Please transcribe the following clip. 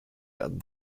werden